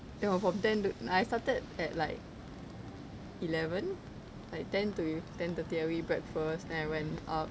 then of from ten to I started at like eleven like ten to ten thirty I go eat breakfast then I went up